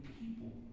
people